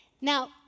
Now